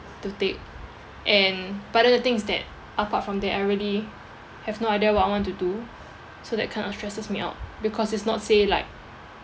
to take and but then the thing is that apart from that I really have no idea what I want to do so that kind of stresses me out because it's not say like